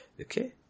okay